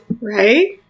Right